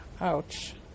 Ouch